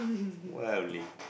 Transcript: why only